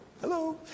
hello